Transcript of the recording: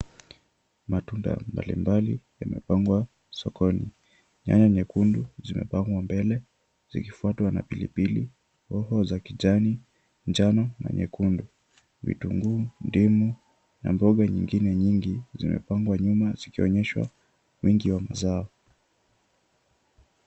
Matunda mbalimbali yamepangwa sokoni. Nyanya nyekundu zimepangwa mbele zikifuatwa na pilipili hoho za kijani, njano na nyekundu, vitunguu, ndimu na mboga nyingine nyingi zimepangwa nyuma zikionyeshwa wingi wa mazao.